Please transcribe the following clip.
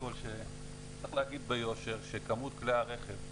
צריך להגיד ביושר שכמות כלי הרכב,